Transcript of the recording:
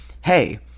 hey